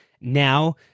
now